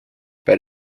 but